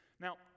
Now